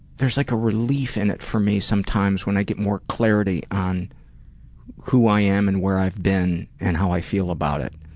there's like a relief in it for me sometimes when i get more clarity on who i am and where i've been, and how i feel about it.